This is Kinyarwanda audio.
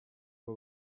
uwo